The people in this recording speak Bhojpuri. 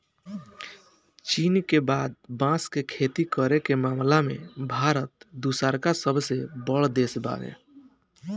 चीन के बाद बांस के खेती करे के मामला में भारत दूसरका सबसे बड़ देश बावे